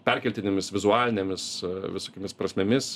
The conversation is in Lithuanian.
perkeltinėmis vizualinėmis visokiomis prasmėmis